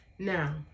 Now